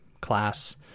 class